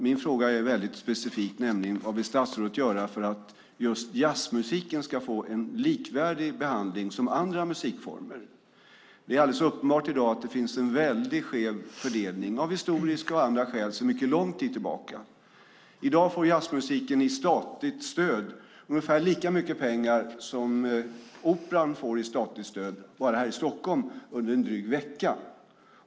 Min fråga är specifik, nämligen: Vad vill statsrådet göra för att just jazzmusiken ska få en likvärdig behandling med andra musikformer? Det är alldeles uppenbart i dag att det finns en skev fördelning av historiska och andra skäl sedan mycket lång tid tillbaka. I dag får jazzmusiken i statligt stöd ungefär lika mycket pengar som Operan får i statligt stöd bara här i Stockholm under en dryg vecka.